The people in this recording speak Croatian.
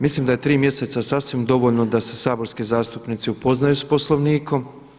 Mislim da je 3 mjeseca sasvim dovoljno da se saborski zastupnici upoznaju s Poslovnikom.